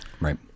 right